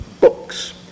Books